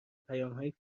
پیامهای